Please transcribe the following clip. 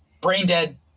brain-dead